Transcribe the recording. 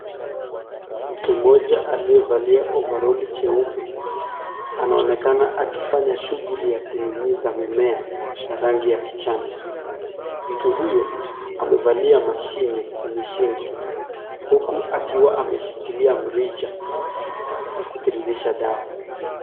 Mtu mmoja aliyevalia ovaroli jeupe anaonekana akifanya shughuli ya kunyunyiza mimea ya rangi ya kijani , mtu huyu amevalia mashini kwenye shingo huku akiwa ameshikilia mrija wa kutiririsha dawa.